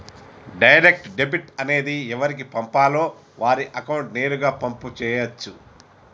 direct debit అనేది ఎవరికి పంపాలో వారి అకౌంట్ నేరుగా పంపు చేయచ్చు